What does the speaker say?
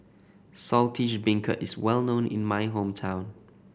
Saltish Beancurd is well known in my hometown